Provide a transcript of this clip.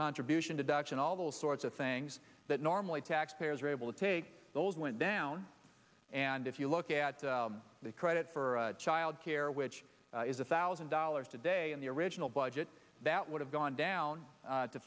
contribution to ducks and all those sorts of things that normally taxpayers are able to take those went down and if you look at the credit for child care which is a thousand dollars today in the original budget that would have gone down to